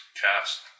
cast